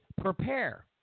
prepare